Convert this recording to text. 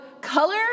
color